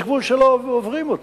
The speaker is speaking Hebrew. יש גבול שלא עוברים אותו.